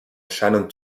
shannon